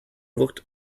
looked